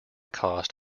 cost